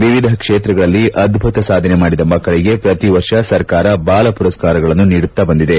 ವಿವಿಧ ಕ್ಷೇತ್ರಗಳಲ್ಲಿ ಅದ್ದುತ ಸಾಧನೆ ಮಾಡಿದ ಮಕ್ಕಳಗೆ ಪ್ರತಿ ವರ್ಷ ಸರ್ಕಾರ ಬಾಲಪುರಸ್ನಾರಗಳನ್ನು ನೀಡುತ್ತಾ ಬಂದಿದೆ